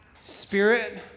Spirit